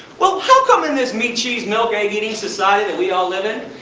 well how come in this meat, cheese, milk, egg eating society that we all live in,